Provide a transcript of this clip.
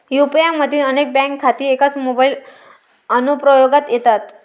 UPI मधील अनेक bank खाती एकाच मोबाइल अनुप्रयोगात येतात